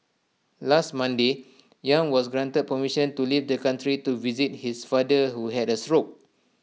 last Monday yang was granted permission to leave the country to visit his father who had A stroke